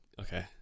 okay